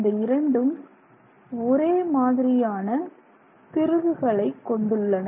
இந்த இரண்டும் ஒரே மாதிரியான திருகுகளை கொண்டுள்ளன